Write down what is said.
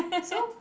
so